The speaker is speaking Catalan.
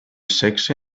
sexe